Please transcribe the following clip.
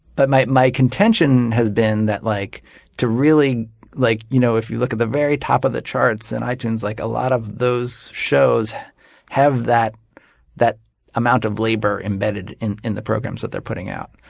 but my my contention has been that like to really like you know if you look at the very top of the charts on and itunes, like a lot of those shows have that that amount of labor embedded in in the programs that they're putting out.